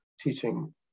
teaching